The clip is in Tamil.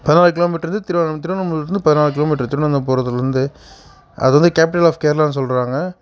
பதினாலு கிலோ மீட்டர்லிருந்து திருவனந்த திருவனந்தபுரத்தில் இருந்து பதினாலு மீட்ரு திருவனந்தபுரந்திலருந்து அது வந்து கேப்டல் ஆஃப் கேரளான்னு சொல்கிறாங்க